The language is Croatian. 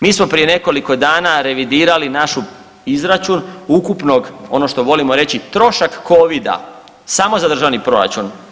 Mi smo prije nekoliko dana revidirali naš izračun ukupnog ono što volimo reći trošak Covida samo za državni proračun.